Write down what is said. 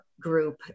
group